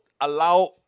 allow